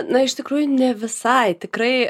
na iš tikrųjų ne visai tikrai